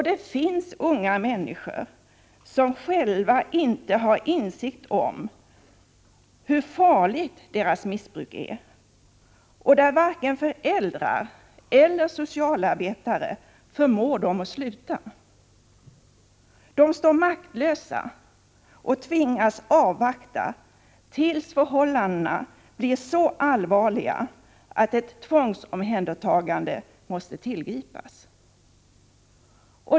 Det finns unga människor som själva inte har insikt om hur farligt deras missbruk är, och varken föräldrar eller socialarbetare lyckas förmå dem att sluta. De står maktlösa och tvingas avvakta till dess att förhållandena blir så allvarliga att ett tvångsomhändertagande måste tillgripas.